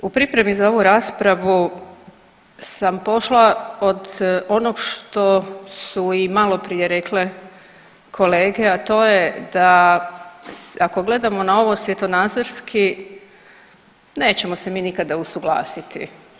U pripremi za ovu raspravu sam pošla od onog što su i maloprije rekle kolege, a to je da ako gledamo na ovo svjetonazorski, nećemo se mi nikada usuglasiti.